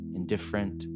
indifferent